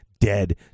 dead